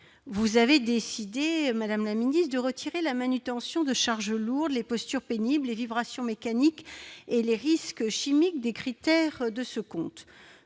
vous avez décidé de retirer la manutention de charges lourdes, les postures pénibles, les vibrations mécaniques et les risques chimiques des critères de ce compte.